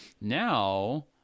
Now